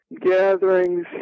gatherings